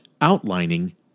outlining